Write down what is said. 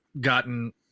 gotten